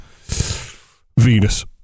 Venus